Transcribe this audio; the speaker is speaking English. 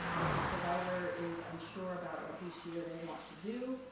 if the survivor is unsure about what he, she, or they want to do,